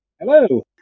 Hello